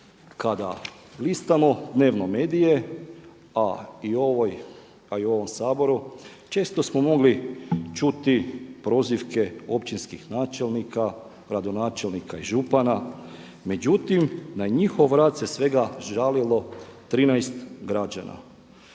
Kada listamo dnevno medije a i u ovom Saboru često smo mogli čuti prozivke općinskih načelnika, gradonačelnika i župana međutim na njihov rad se svega žalilo 13 građana.